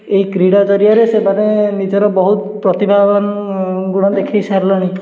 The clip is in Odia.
ଏହି କ୍ରୀଡ଼ା ଜରିଆରେ ସେମାନେ ନିଜର ବହୁତ ପ୍ରତିଭାବାନ ଗୁଣ ଦେଖେଇ ସାରିଲେଣି